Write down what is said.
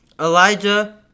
Elijah